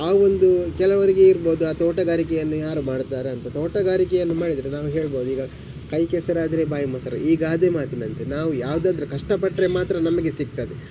ಆ ಒಂದು ಕೆಲವರಿಗೆ ಇರ್ಬೋದು ಆ ತೋಟಗಾರಿಕೆಯನ್ನು ಯಾರು ಮಾಡ್ತಾರೆ ಅಂತ ತೋಟಗಾರಿಕೆಯನ್ನು ಮಾಡಿದರೆ ನಾವು ಹೇಳ್ಬೋದು ಈಗ ಕೈ ಕೆಸರಾದರೆ ಬಾಯಿ ಮೊಸರು ಈ ಗಾದೆ ಮಾತಿನಂತೆ ನಾವು ಯಾವುದಾದ್ರು ಕಷ್ಟಪಟ್ಟರೆ ಮಾತ್ರ ನಮಗೆ ಸಿಗ್ತದೆ